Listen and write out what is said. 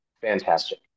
fantastic